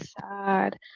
sad